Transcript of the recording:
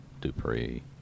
dupree